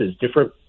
different